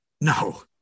no